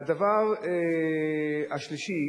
והדבר השלישי